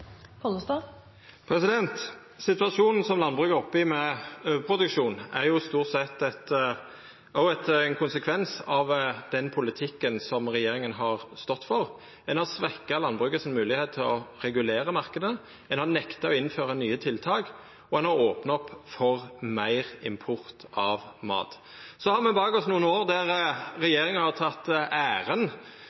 Situasjonen som landbruket er oppe i med overproduksjon, er stort sett ein konsekvens av den politikken regjeringa har stått for. Ein har svekt den moglegheita landbruket har til å regulera marknaden. Ein har nekta å innføra nye tiltak, og ein har opna opp for meir import av mat. Så har det gått nokre år der regjeringa har